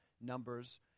Numbers